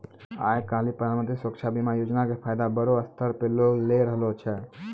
आइ काल्हि प्रधानमन्त्री सुरक्षा बीमा योजना के फायदा बड़ो स्तर पे लोग लै रहलो छै